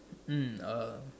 mm uh